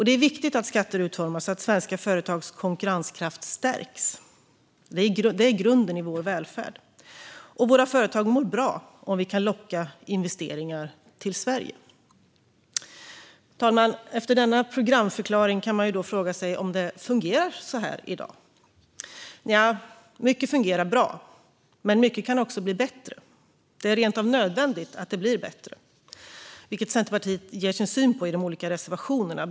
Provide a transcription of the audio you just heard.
Det är viktigt att skatter utformas så att svenska företags konkurrenskraft stärks. Det är grunden i vår välfärd, och våra företag mår bra om vi kan locka investeringar till Sverige. Herr talman! Efter denna programförklaring kan man fråga sig om det fungerar så här i dag. Nja, mycket fungerar bra, men mycket kan också bli bättre. Det är rent av nödvändigt att det blir bättre, vilket Centerpartiet ger sin syn på i de olika reservationerna.